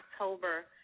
October